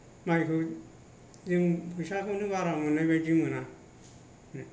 माइखौ जों फैसाखौनो बारा मोननाय बायदि मोना